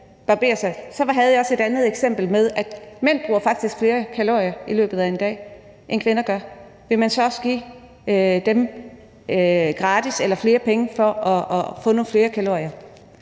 Jeg havde også et andet eksempel. Mænd forbruger faktisk flere kalorier i løbet af en dag, end kvinder gør. Vil man så også give dem penge for at få nogle flere kalorier?